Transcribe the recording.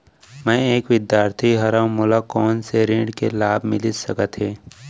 मैं एक विद्यार्थी हरव, मोला कोन से ऋण के लाभ मिलिस सकत हे?